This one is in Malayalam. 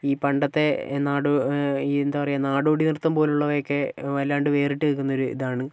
ഈ പണ്ടത്തെ നാടോ എന്താ പറയുക നാടോടി നൃത്തം പോലുള്ളവയൊക്കെ വല്ലാണ്ട് വേറിട്ട് നിക്കുന്ന ഒരിതാണ്